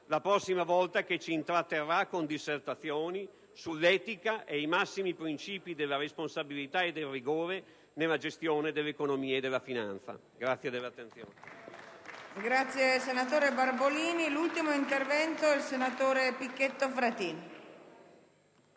la prossima volta che ci intratterrà con dissertazioni sull'etica e i massimi principi della responsabilità e del rigore nella gestione dell'economia e della finanza. *(Applausi